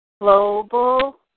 Global